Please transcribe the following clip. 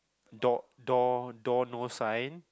door door no sign